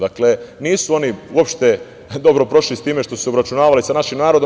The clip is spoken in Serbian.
Dakle, nisu oni uopšte dobro prošli s time što su se obračunavali sa našim narodom.